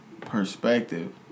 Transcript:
Perspective